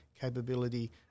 capability